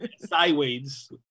Sideways